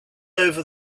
over